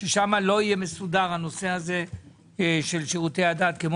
ששם לא יהיה מסודר הנושא הזה של שירותי הדת כמו